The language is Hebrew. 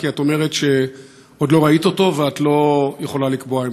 כי את אומרת שעוד לא ראית אותו ואת לא יכולה לקבוע עמדה.